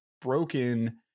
broken